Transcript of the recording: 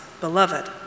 beloved